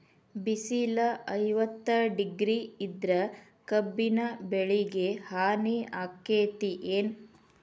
ಬಿಸಿಲ ಐವತ್ತ ಡಿಗ್ರಿ ಇದ್ರ ಕಬ್ಬಿನ ಬೆಳಿಗೆ ಹಾನಿ ಆಕೆತ್ತಿ ಏನ್?